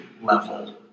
level